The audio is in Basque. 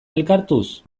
elkartuz